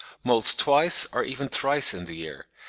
moults twice or even thrice in the year,